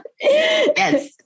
Yes